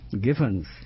givens